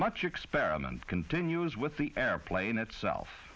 much experiment continues with the airplane itself